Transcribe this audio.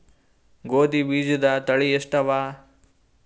ಗೋಧಿ ಬೀಜುದ ತಳಿ ಎಷ್ಟವ?